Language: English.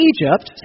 Egypt